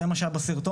זה מה שהיה בסרטון,